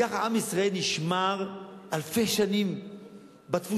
כך עם ישראל נשמר אלפי שנים בתפוצות,